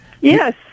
Yes